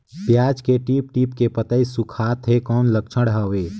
पियाज के टीप टीप के पतई सुखात हे कौन लक्षण हवे?